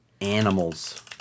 animals